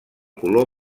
color